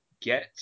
get